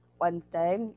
wednesday